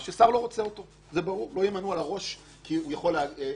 ושוטר שחושב שאנחנו עבריינים יכול גם לעצור אותנו ולהגביל את